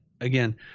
again